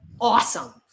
awesome